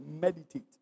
Meditate